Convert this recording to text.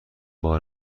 بار